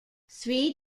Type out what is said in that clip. three